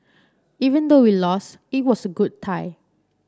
even though we lost it was a good tie